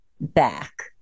back